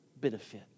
benefit